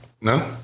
No